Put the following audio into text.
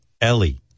Ellie